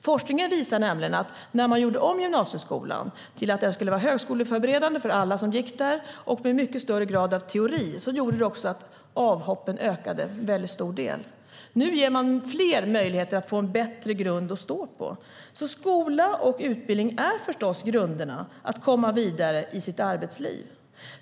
Forskningen visar nämligen att när man gjorde om gymnasieskolan till att vara högskoleförberedande för alla som gick där och med mycket högre grad av teori ökade avhoppen. Nu ger man fler möjligheter att få en bättre grund att stå på. Skola och utbildning är förstås grunderna för att komma vidare i arbetslivet.